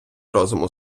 розуму